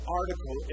article